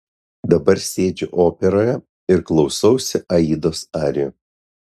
dabar sėdžiu operoje ir klausausi aidos arijų